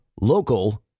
local